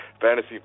Fantasy